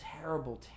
terrible